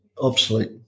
obsolete